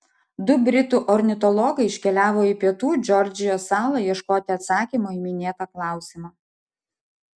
du britų ornitologai iškeliavo į pietų džordžijos salą ieškoti atsakymo į minėtą klausimą